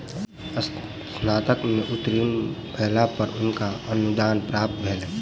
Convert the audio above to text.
स्नातक में उत्तीर्ण भेला पर हुनका अनुदान प्राप्त भेलैन